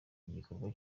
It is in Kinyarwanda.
gikorwa